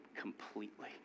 completely